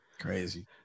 crazy